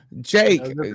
Jake